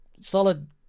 solid